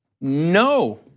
no